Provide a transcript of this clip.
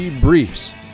Briefs